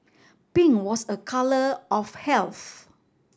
pink was a colour of health